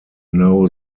know